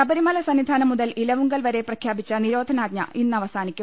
ശബരിമല സന്നിധാനം മുതൽ ഇലവുങ്കൽ വരെ പ്രഖ്യാപിച്ച നിരോധനാജ്ഞ ഇന്നവസാനിക്കും